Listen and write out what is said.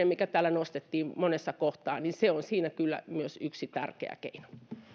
mikä täällä nostettiin monessa kohtaa on siinä myös yksi tärkeä keino